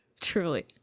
truly